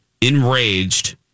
enraged